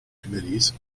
committees